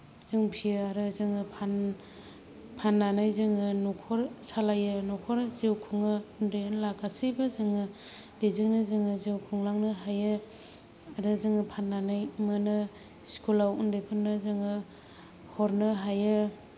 जों फिसियो आरो जों फाननानै जोङो न'खर सालायो न'खर जिउ खुङो उन्दै उनला गासैबो जों बेजोंनो जोङो जिउ खुंलांनो हायो आरो जोङो फाननानै मोनो स्कुलाव उन्दैफोरनो जोङो हरनो हायो